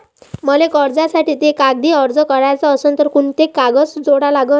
मले कर्जासाठी थे कागदी अर्ज कराचा असन तर कुंते कागद जोडा लागन?